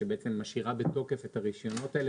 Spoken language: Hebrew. שבעצם משאירה בתוקף את הרישיונות האלה